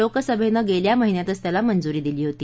लोकसभेनं गेल्या महिन्यातच त्याला मंजूरी दिली होती